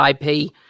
IP